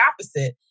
opposite